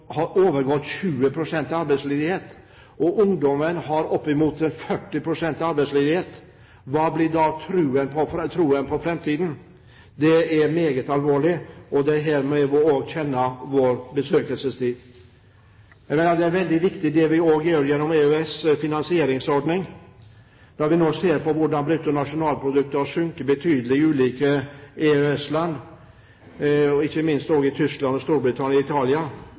har godt over 20 pst. arbeidsledighet, og opp mot 40 pst. arbeidsledighet blant ungdom. Hvordan blir da troen på framtiden? Det er meget alvorlig, og det er her vi også må kjenne vår besøkelsestid. Jeg mener det er veldig viktig det vi også gjør gjennom EØS' finansieringsordning, når vi nå ser hvordan bruttonasjonalproduktet har sunket betydelig i ulike EØS-land og ikke minst i Tyskland, Storbritannia og Italia.